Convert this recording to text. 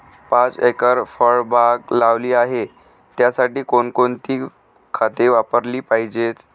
पाच एकर फळबाग लावली आहे, त्यासाठी कोणकोणती खते वापरली पाहिजे?